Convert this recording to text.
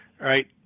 right